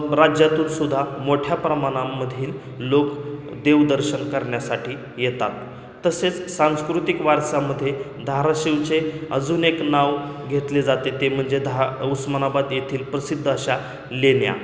राज्यातून सुद्धा मोठ्या प्रमाणामधील लोक देवदर्शन करण्यासाठी येतात तसेच सांस्कृतिक वारसामध्ये धारशिवचे अजून एक नाव घेतले जाते ते म्हणजे धा उस्मानाबाद येथील प्रसिद्ध अशा लेण्या